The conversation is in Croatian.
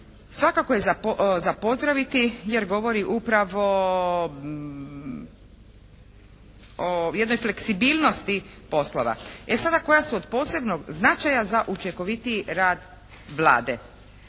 svakako je za pozdraviti jer govori upravo o jednoj fleksibilnosti poslova. E sad koja su od posebnog značaja za učinkovitiji rad Vlade?